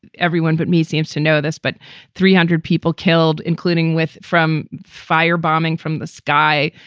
everyone but me seems to know this, but three hundred people killed, including with from firebombing from the sky,